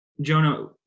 Jonah